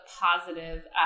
positive